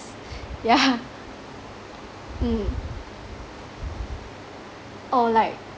yeah mm oh like